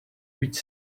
which